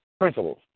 principles